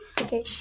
Okay